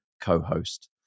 co-host